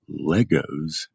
Legos